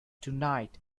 tonight